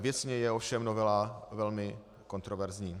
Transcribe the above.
Věcně je ovšem novela velmi kontroverzní.